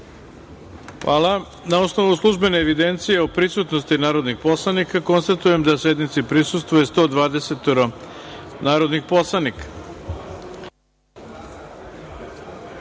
himne.)Na osnovu službene evidencije o prisutnosti narodnih poslanika, konstatujem da sednici prisustvuje 120 narodnih poslanika. Podsećam